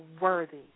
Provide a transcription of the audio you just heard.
worthy